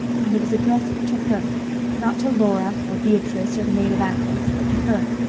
and it was addressed to her not to laura or beatrice or the maid of athens, but to her,